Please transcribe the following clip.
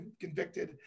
convicted